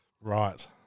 Right